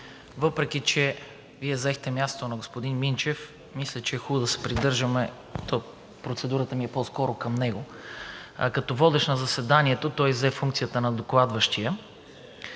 Въпреки че Вие заехте мястото на господин Минчев, мисля, че е хубаво да се придържаме – процедурата ми е по-скоро към него. Като водещ на заседанието той иззе функцията на докладващия